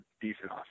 decent